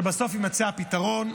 שבסוף יימצא הפתרון,